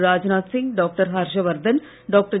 Rajnath Singh doctor Harshvardhan doctor